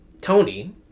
Tony